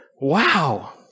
Wow